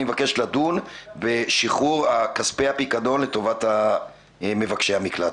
אני מבקש לדון בשחרור כספי הפיקדון לטובת מבקשי המקלט.